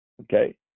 Okay